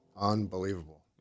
unbelievable